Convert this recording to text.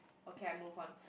okay I move on